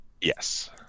yes